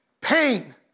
pain